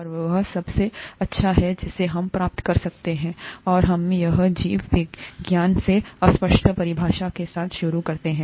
और वह सबसे अच्छा है जिसे हम प्राप्त कर सकते हैं और हमें जीव विज्ञान में अस्पष्ट परिभाषा के साथ शुरू करते हैं